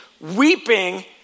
weeping